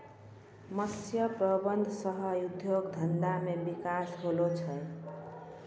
मत्स्य प्रबंधन सह उद्योग धंधा मे बिकास होलो छै